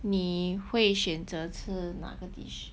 你会选择吃哪个 dish